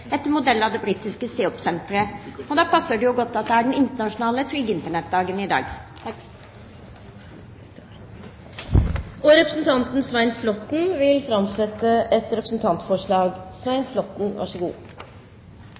etter modell av det britiske CEOP-senteret. Da passer det jo godt at det er den internasjonale Sikker internettdag i dag. Representanten Svein Flåtten vil framsette et representantforslag.